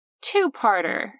two-parter